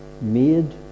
made